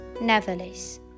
Nevertheless